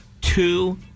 two